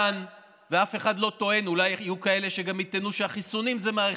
תוסיפו לו שבע וחצי שניות שדיברתי.